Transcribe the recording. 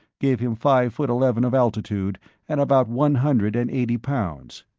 gave him five foot eleven of altitude and about one hundred and eighty pounds.